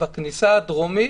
בכניסה הדרומית